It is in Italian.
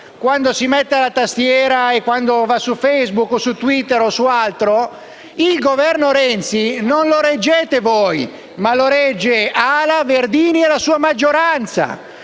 quando si mette alla tastiera, quando va su Facebook o su Twitter, il Governo Renzi non lo reggete voi, ma lo reggono AL-A, Verdini e la sua maggioranza!